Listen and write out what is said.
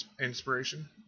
inspiration